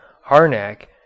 Harnack